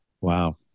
Wow